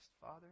Father